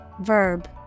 verb